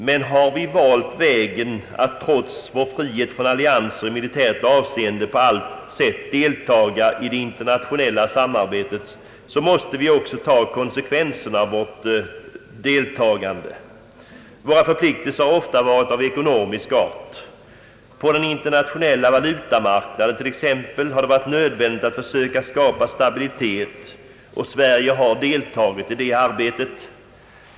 Men har vi valt vägen att trots vår frihet från militära allianser på allt sätt deltaga i det internationella samarbetet, måste vi också ta konsekvenserna av vårt deltagande. Våra förpliktelser har ofta varit av ekonomisk art. På den internationella valutamarknaden har det t.ex. varit nödvändigt att försöka skapa stabilitet, och Sverige har deltagit i det arbetet.